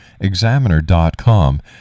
Examiner.com